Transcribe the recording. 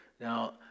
Now